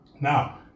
Now